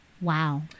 wow